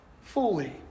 fully